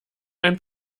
ein